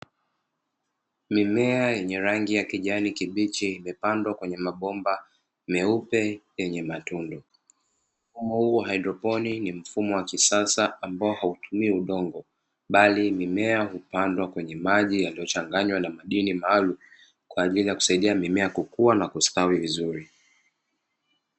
Mimea yenye rangi ya kijani kibichi imepandwa kwenye mabomba meupe yenye matundu, mfumo huu wa haidroponi ni mfumo wa kisasa ambao hautumii udongo bali mimea hupandwa kwenye maji yaliyochanganywa na madini maalumu kwa ajili ya kusaidia mimea kukuwa na kustawi vizuri.